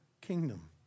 kingdom